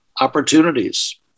opportunities